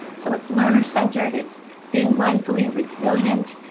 so it's learner centered, it's being mindfully resilient,